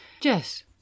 Jess